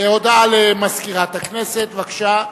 הודעה למזכירת הכנסת, בבקשה.